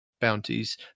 bounties